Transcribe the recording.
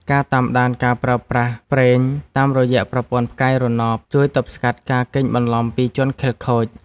ការតាមដានការប្រើប្រាស់ប្រេងតាមរយៈប្រព័ន្ធផ្កាយរណបជួយទប់ស្កាត់ការកេងបន្លំពីជនខិលខូច។